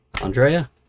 Andrea